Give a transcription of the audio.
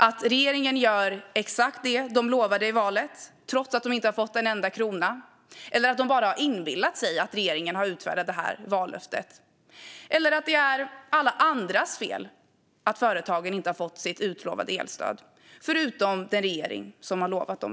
Att regeringen gör exakt vad man lovade i valet, trots att de inte har fått en enda krona, att de bara inbillar sig att regeringen har utfärdat vallöftet eller att det är alla andras fel att företagen inte har fått sitt utlovade elstöd?